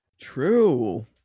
True